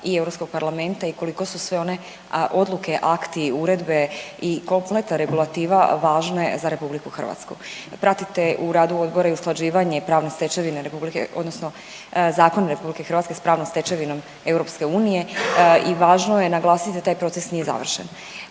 i Europskog parlamenta i koliko su sve one odluke, akti, uredbe i kompletna regulativa važne za Republiku Hrvatsku. Pratite u radu Odbora i usklađivanje pravne stečevine Republike, odnosno Zakon Republike Hrvatske s pravnom stečevinom EU i važno je naglasiti da taj proces nije završen.